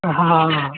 हॅं